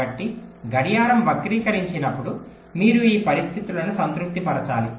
కాబట్టి గడియారం వక్రీకరించినప్పుడు మీరు ఈ పరిస్థితులను సంతృప్తి పరచాలి